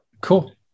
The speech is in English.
Cool